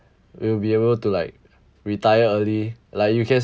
we will be able to like retire early like you can